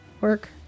work